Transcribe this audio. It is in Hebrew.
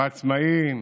בעצמאים,